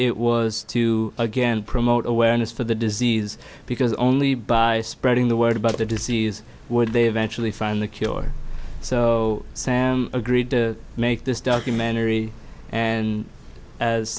it was to again promote awareness for the disease because only by spreading the word about the disease would they eventually find the cure so sam agreed to make this documentary and as